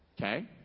Okay